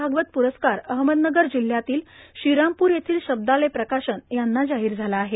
भागवत प्रस्कार अहम नगर जिल्ह्यातील श्रीरामप्र येथील शब्धालय प्रकाशन यांना जाहीर झाला आहे